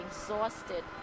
exhausted